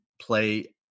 play